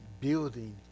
building